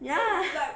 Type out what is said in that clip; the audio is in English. ya